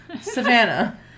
Savannah